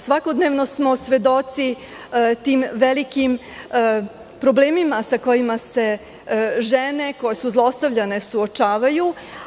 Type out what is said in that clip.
Svakodnevno smo svedoci tih velikih problema sa kojima se žene koje su zlostavljane suočavaju.